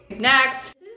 Next